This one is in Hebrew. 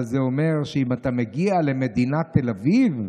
אבל זה אומר שאם אתה מגיע למדינת תל אביב,